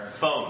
phone